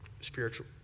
Spiritual